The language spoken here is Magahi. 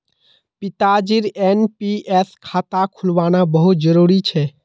पिताजीर एन.पी.एस खाता खुलवाना बहुत जरूरी छ